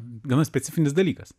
gana specifinis dalykas